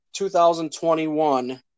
2021